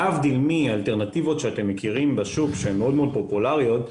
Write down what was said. להבדיל מאלטרנטיבות שאתם מכירים בשוק שהן מאוד מאוד פופולריות,